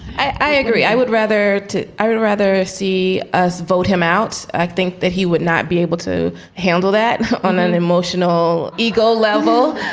i agree. i would rather i would rather see us vote him out i think that he would not be able to handle that on an emotional ego level.